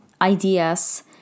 ideas